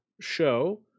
show